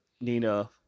Nina